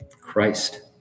Christ